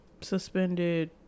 suspended